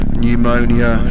pneumonia